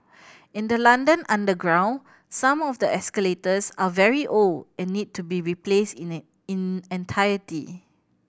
in the London underground some of the escalators are very old and need to be replaced in it in entirety